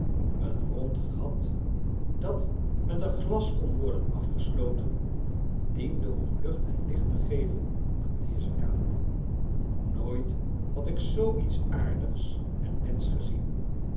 een rond gat dat met een glas kon worden afgesloten diende om lucht en licht te geven aan deze kamer nooit had ik zoo iets aardigs en nets gezien